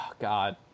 God